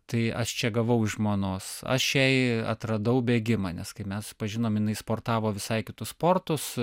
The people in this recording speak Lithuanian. tai aš čia gavau iš žmonos aš jai atradau bėgimą nes kai mes susipažinom jinai sportavo visai kitus sportus